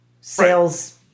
sales